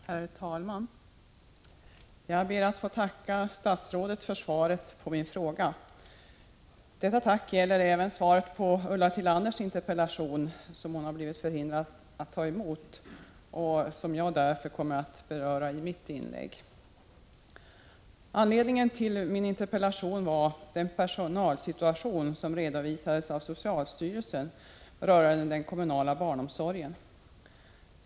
Herr talman! Jag ber att få tacka statsrådet för svaret på min fråga. Detta tack gäller även svaret på Ulla Tillanders interpellation, som hon blivit förhindrad att ta emot och som jag därför kommer att beröra i mitt inlägg. Anledningen till min interpellation var den personalsituation som redovisades av socialstyrelsen rörande den kommunala barnomsorgen.